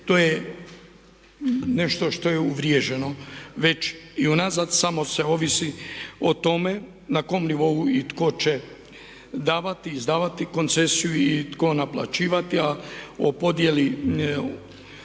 To je nešto što je uvriježeno već i unazad samo ovisi o tome na kom nivou i tko će davati, izdavati koncesiju i tko naplaćivati a o podjeli